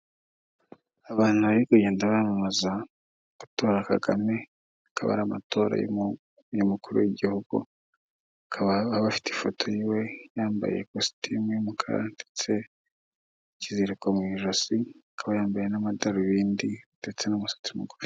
Abantu bari kugenda bamamaza gutora KAGAME, akaba ari amatora y'Umukuru w'Igihugu bakaba baba bafite ifoto ye yambaye ikositimu y'umukara ndetse n'ikiziriko mu ijosi akaba yambaye n'amadarubindi ndetse n'umusatsi mugufi.